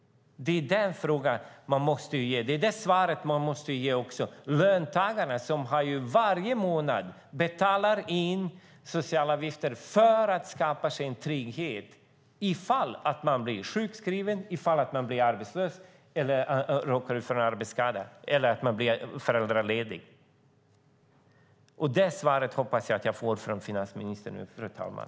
Det är den fråga man måste ställa. Det är det svar man också måste ge. Löntagaren betalar varje månad in socialavgifter för att skapa sig en trygghet ifall man blir sjukskriven, ifall man blir arbetslös, ifall man råkar ut för en arbetsskada eller ifall man blir föräldraledig. Jag hoppas att jag får det svaret från finansministern nu, fru talman.